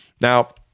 Now